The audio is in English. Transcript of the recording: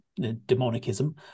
demonicism